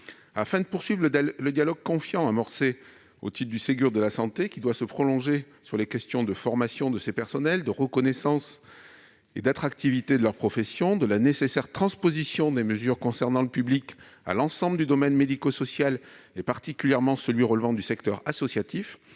Afin de poursuivre le dialogue confiant amorcé au titre du Ségur de la santé, qui doit se prolonger sur les questions de formation de ces personnels, de reconnaissance et d'attractivité de leur profession, de la nécessaire transposition des mesures concernant le public à l'ensemble du domaine médico-social, notamment celui qui relève du secteur associatif,